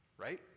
right